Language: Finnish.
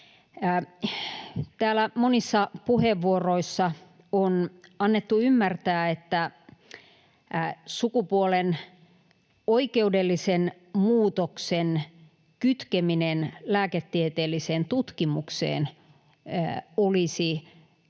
Täällä monissa puheenvuoroissa on annettu ymmärtää, että sukupuolen oikeudellisen muutoksen kytkeminen lääketieteelliseen tutkimukseen olisi jollain